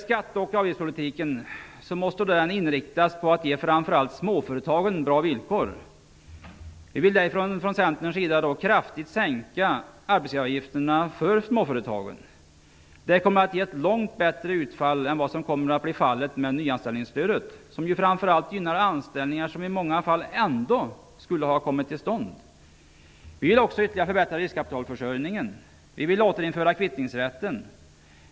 Skatte och avgiftspolitiken måste inriktas på att ge framför allt småföretagen bra villkor. Vi vill därför från Centerns sida kraftigt sänka arbetsgivaravgifterna för småföretagen. Detta skulle ge ett långt bättre utfall än vad som kommer att bli fallet med nyanställningsstödet, som ju framför allt gynnar anställningar som i många fall ändå skulle ha kommit till stånd. Vi vill också ytterligare förbättra riskkapitalförsörjningen. Vi vill återinföra kvittningsrätten.